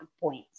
points